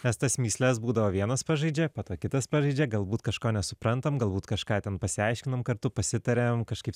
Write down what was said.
nes tas mįsles būdavo vienas pažaidžia po to kitas pažaidžia galbūt kažko nesuprantam galbūt kažką ten pasiaiškinom kartu pasitariam kažkaip